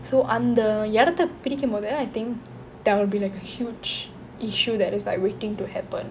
so அந்த இடத்தே பிரிக்கும்போது:antha edatthe pirikkumbothu I think there will be like a huge issue that is like waiting to happen